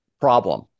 problem